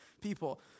people